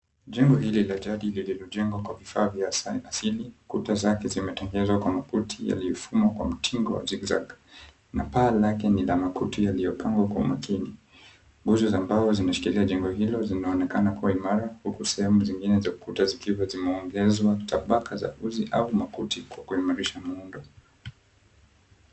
Jengo hili la jadi lililojengwa kwa vifaa asili. Kuta zake zimetengenezwa kwa makuti yaliyofumwa kwa mtindo wa zigzag na paa lake ni ya makuti yaliyopangwa kwa makini. Nguzo za mbao zimeshikilia jengo hilo zinaonekana kuwa imara huku sehemu zingine za ukuta zikiwa zimeongezwa tabaka za uzi au makuti kwa kuimarisha muundo.